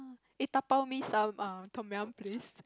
eh dabao me some um tom-yum please